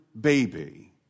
baby